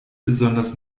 besonders